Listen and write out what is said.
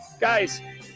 Guys